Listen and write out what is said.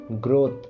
growth